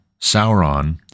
Sauron